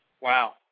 Wow